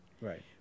Right